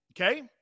okay